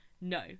No